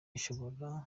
ishobora